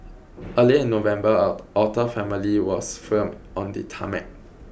earlier in November an otter family was filmed on the tarmac